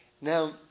Now